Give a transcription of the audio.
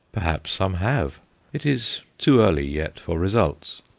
perhaps some have it is too early yet for results.